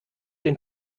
den